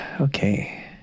Okay